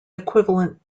equivalent